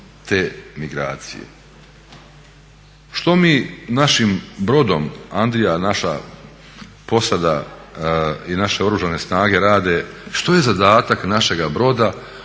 te migracije. Što mi našim brodom, naša posada i naše Oružane snage rade, što je zadatak našega broda